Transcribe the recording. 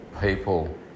people